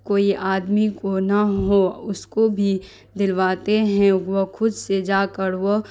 کوئی آدمی کو نہ ہو اس کو بھی دلواتے ہیں وہ خود سے جا کر وہ